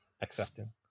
accepting